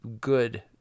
good